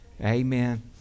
Amen